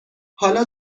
حالا